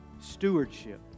stewardship